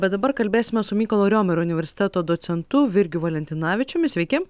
bet dabar kalbėsime su mykolo riomerio universiteto docentu virgiu valentinavičiumi sveiki